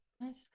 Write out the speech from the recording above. nice